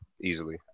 easily